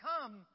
come